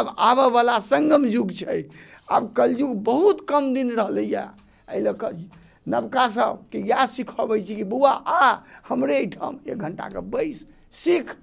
आब आबऽवला सङ्गम जुग छै आब कलयुग बहुत कम दिन रहलैए अइ लऽ कऽ नवका सबके इएह सिखाबै छी कि बउआ आ हमरे एहिठाम एक घण्टा कऽ बैसि सीख